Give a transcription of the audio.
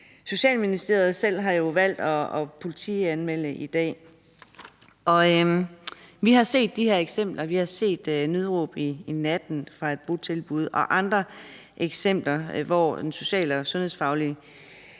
Socialministeriet jo selv har valgt at politianmelde i dag. Vi har set de her eksempler, vi har set »Nødråb i natten« om et botilbud, og vi har set andre eksempler, hvor en social- og sundhedsfaglig